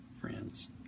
friends